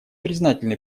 признательны